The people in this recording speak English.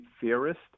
theorist